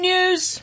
News